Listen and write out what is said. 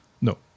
No